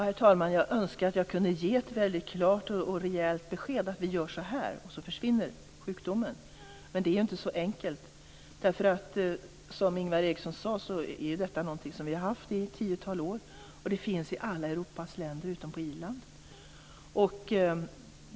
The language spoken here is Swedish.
Herr talman! Jag önskar att jag kunde ge ett väldigt klart och rejält besked att vi gör så här, och så försvinner sjukdomen. Men det är inte så enkelt därför att detta, som Ingvar Eriksson sade, är någonting som vi haft i ett tiotal år. Det finns i alla europeiska länder utom i Irland.